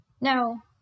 No